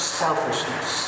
selfishness